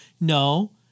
No